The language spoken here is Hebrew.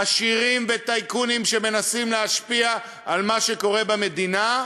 עשירים וטייקונים שמנסים להשפיע על מה שקורה במדינה,